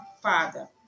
Father